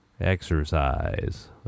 exercise